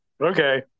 Okay